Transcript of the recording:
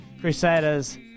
Crusaders